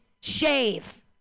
shave